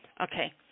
Okay